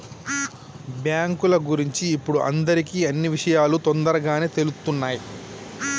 బ్యేంకుల గురించి ఇప్పుడు అందరికీ అన్నీ విషయాలూ తొందరగానే తెలుత్తున్నయ్